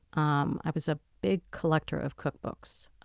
um i was a big collector of cookbooks,